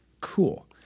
Cool